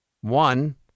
One